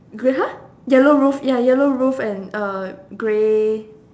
grey !huh! yellow roof ya yellow roof and uh grey